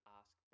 ask